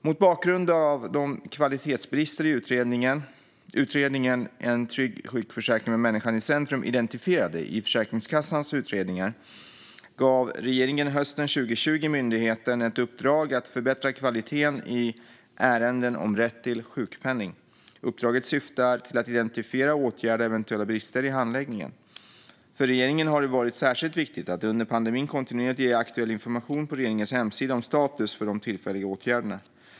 Mot bakgrund av de kvalitetsbrister som utredningen En trygg sjukförsäkring med människan i centrum identifierade i Försäkringskassans utredningar gav regeringen hösten 2020 myndigheten ett uppdrag att förbättra kvaliteten i ärenden om rätt till sjukpenning. Uppdraget syftar till att identifiera och åtgärda eventuella brister i handläggningen. För regeringen har det varit särskilt viktigt att under pandemin kontinuerligt ge aktuell information på regeringens hemsida om status för de tillfälliga åtgärderna.